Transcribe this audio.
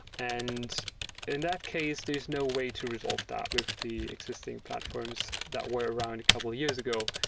and in that case, there is no way to resolve that with the existing platforms that were around a couple years ago.